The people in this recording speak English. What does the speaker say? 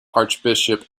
archbishop